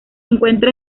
encuentra